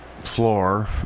Floor